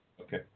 Okay